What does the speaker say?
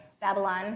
Babylon